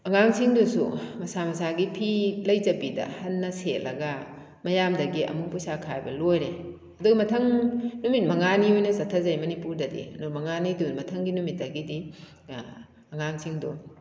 ꯑꯉꯥꯡꯁꯤꯡꯗꯨꯁꯨ ꯃꯁꯥ ꯃꯁꯥꯒꯤ ꯐꯤ ꯂꯩꯖꯕꯤꯗ ꯍꯟꯅ ꯁꯦꯠꯂꯒ ꯃꯌꯥꯝꯗꯒꯤ ꯑꯃꯨꯛ ꯄꯩꯁꯥ ꯈꯥꯏꯕ ꯂꯣꯏꯔꯦ ꯑꯗꯨꯏ ꯃꯊꯪ ꯅꯨꯃꯤꯠ ꯃꯉꯥꯅꯤ ꯑꯣꯏꯅ ꯆꯠꯊꯖꯩ ꯃꯅꯤꯄꯨꯔꯗꯗꯤ ꯅꯨꯃꯤꯠ ꯃꯉꯥꯅꯤꯗꯨ ꯃꯊꯪꯒꯤ ꯅꯨꯃꯤꯠꯇꯨꯗꯒꯤꯗꯤ ꯑꯉꯥꯡꯁꯤꯡꯗꯣ